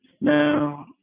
No